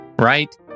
right